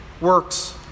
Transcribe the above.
works